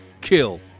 kill